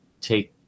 take